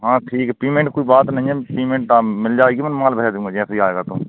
हाँ ठीक है पीमेन्ट कोई बात नहीं है पीमेन्ट मिल जाएगी मतलब माल भेज दूँगा जैसे ही आएगा तो